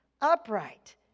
upright